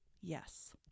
yes